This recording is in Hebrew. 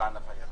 נמוכות.